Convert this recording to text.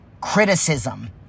criticism